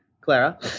Clara